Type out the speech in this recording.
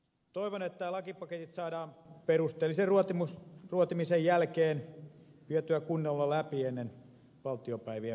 toivon että lakipaketit saadaan perusteellisen ruotimisen jälkeen vietyä kunnolla läpi ennen valtiopäivien päättymistä